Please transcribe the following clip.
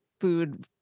food